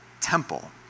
temple